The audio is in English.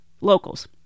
locals